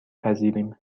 پذیریم